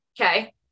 Okay